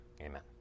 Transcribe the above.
Amen